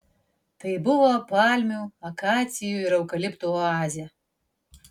tai buvo palmių akacijų ir eukaliptų oazė